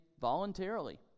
voluntarily